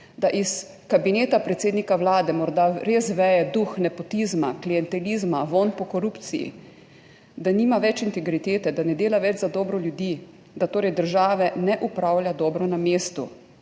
da iz kabineta predsednika vlade morda res veje duh nepotizma, klientelizma, vonj po korupciji, da nima več integritete. Da ne dela več za dobro ljudi, da torej države ne upravlja dobro na mestu,